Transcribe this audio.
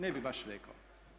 Ne bih baš rekao.